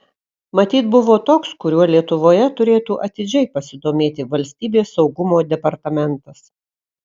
matyt buvo toks kuriuo lietuvoje turėtų atidžiai pasidomėti valstybės saugumo departamentas